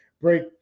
break